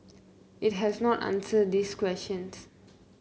it has not answered these questions